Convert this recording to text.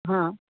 हां